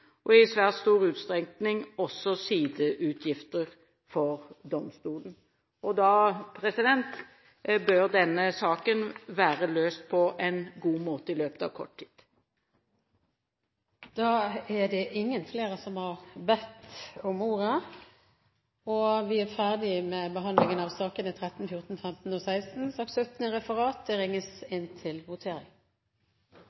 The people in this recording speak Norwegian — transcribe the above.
og i svært stor utstrekning også sideutgifter for domstolen. Da bør denne saken være løst på en god måte i løpet av kort tid. Flere har ikke bedt om ordet til sakene nr. 13, 14, 15 og 16. Vi er nå klare til å gå til votering. Presidenten foreslår at utenriksministerens redegjørelse i